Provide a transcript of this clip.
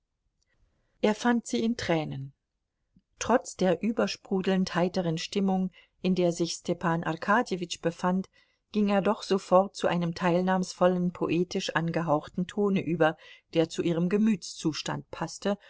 er fand sie in tränen trotz der übersprudelnd heiteren stimmung in der sich stepan arkadjewitsch befand ging er doch sofort zu einem teilnahmsvollen poetisch angehauchten tone über der zu ihrem gemütszustand paßte